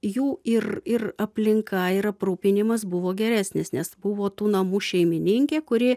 jų ir ir aplinka ir aprūpinimas buvo geresnis nes buvo tų namų šeimininkė kuri